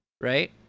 right